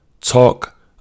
Talk